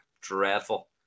Dreadful